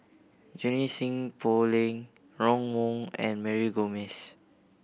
Junie Sng Poh Leng Ron Wong and Mary Gomes